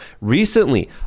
Recently